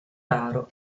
raro